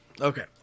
Okay